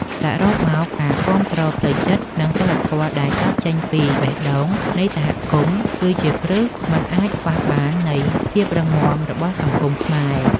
សរុបមក ការគាំទ្រផ្លូវចិត្ត និងសីលធម៌ដែលកើតចេញពីបេះដូងនៃសហគមន៍ គឺជាគ្រឹះមិនអាចខ្វះបាននៃភាពរឹងមាំរបស់សង្គមខ្មែរ។